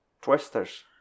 twisters